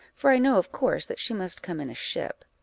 for i know, of course, that she must come in a ship.